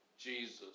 Jesus